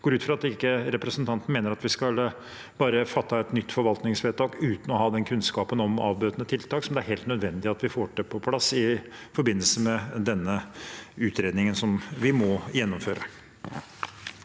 Jeg går ut fra at ikke representanten mener at vi bare skal fatte et nytt forvaltningsvedtak uten å ha kunnskap om avbøtende tiltak, som det er helt nødvendig at vi får på plass i forbindelse med denne utredningen, som vi må gjennomføre.